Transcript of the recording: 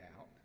out